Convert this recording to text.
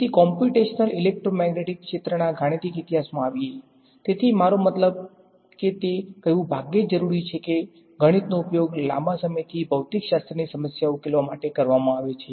તેથી computational electromagnetic ક્ષેત્રના ગાણિતિક ઇતિહાસમાં આવીયે તેથી મારો મતલબ કે તે કહેવું ભાગ્યે જ જરૂરી છે કે ગણિતનો ઉપયોગ લાંબા સમયથી ભૌતિકશાસ્ત્રની સમસ્યાઓ ઉકેલવા માટે કરવામાં આવે છે